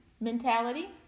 mentality